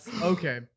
okay